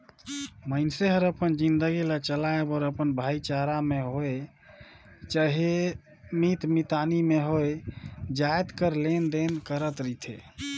मइनसे हर अपन जिनगी ल चलाए बर अपन भाईचारा में होए चहे मीत मितानी में होए जाएत कर लेन देन करत रिथे